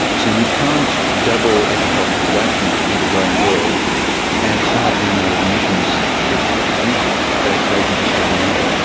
so you can't double agricultural production to feed a growing world and halve the amount of emissions it produces. that equation just doesn't add.